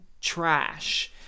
trash